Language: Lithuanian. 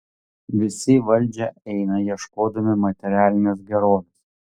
visi į valdžią eina ieškodami materialinės gerovės